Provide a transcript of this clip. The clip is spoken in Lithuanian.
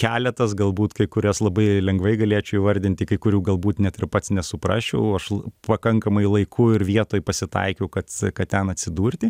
keletas galbūt kai kurias labai lengvai galėčiau įvardinti kai kurių galbūt net ir pats nesuprasčiau aš pakankamai laiku ir vietoj pasitaikiau kad kad ten atsidurti